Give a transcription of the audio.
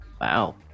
Wow